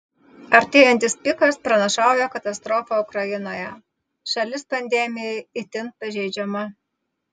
artėjantis pikas pranašauja katastrofą ukrainoje šalis pandemijai itin pažeidžiama